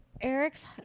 Eric's